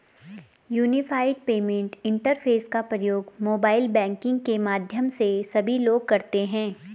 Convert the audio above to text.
unified payment interface का प्रयोग mobile banking के माध्यम से सभी लोग करते हैं